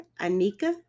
Anika